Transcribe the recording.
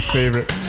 favorite